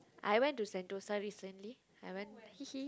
I went to Sentosa recently I went